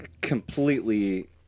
completely